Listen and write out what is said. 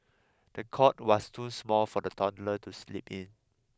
the cot was too small for the toddler to sleep in